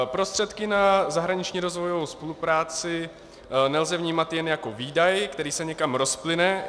Prostředky na zahraniční rozvojovou spolupráci nelze vnímat jen jako výdaj, který se někam rozplyne.